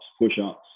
push-ups